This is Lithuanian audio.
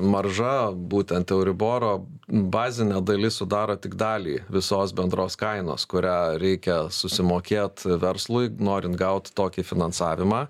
marža būtent euriboro bazinė dalis sudaro tik dalį visos bendros kainos kurią reikia susimokėt verslui norint gaut tokį finansavimą